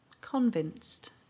convinced